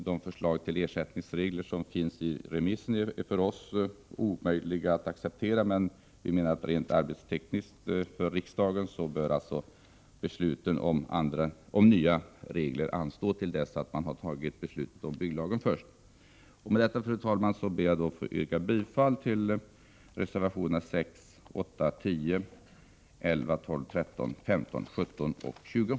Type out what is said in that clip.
Det förslag till ersättningsreg ler som finns i remissen är för oss omöjligt att acceptera, men vi menar att arbetstekniskt sett för riksdagen bör beslutet om nya regler anstå till dess att man först fattat beslut om bygglagen.